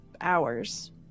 hours